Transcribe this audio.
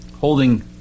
holding